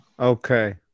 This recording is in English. Okay